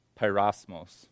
pyrosmos